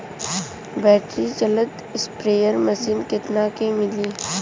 Battery चलत sprayer machine कितना क मिली?